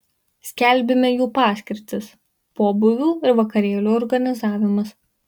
skelbime jų paskirtis pobūvių ir vakarėlių organizavimas